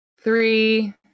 three